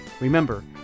Remember